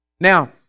Now